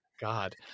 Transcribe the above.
God